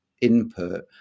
input